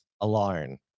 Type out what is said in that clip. Alone